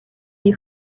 les